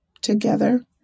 together